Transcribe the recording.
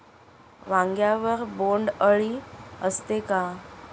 वांग्यावर बोंडअळी असते का?